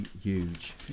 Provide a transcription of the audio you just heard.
huge